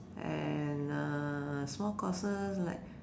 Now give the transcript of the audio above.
and uh small courses like